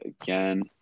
again